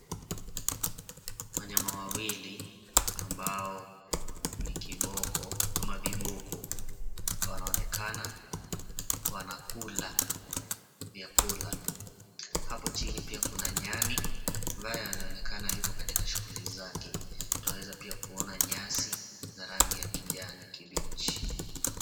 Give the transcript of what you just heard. Wanyama wawili ambao ni kiboko ama viboko, wanaonekana wanakula vyakula. Hapo chini pia kuna nyani, ambaye anaonekana yuko katika shughuli zake. Twaweza pia kuona nyasi za rangi ya kijani kibichi.